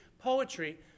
poetry